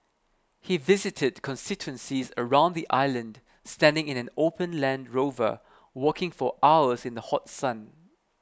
he visited constituencies around the island standing in an open Land Rover walking for hours in the hot sun